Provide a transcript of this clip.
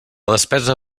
despesa